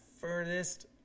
furthest